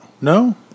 No